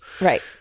right